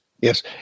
yes